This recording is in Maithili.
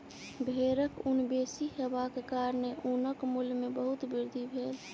भेड़क ऊन बेसी हेबाक कारणेँ ऊनक मूल्य में बहुत वृद्धि भेल